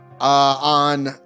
On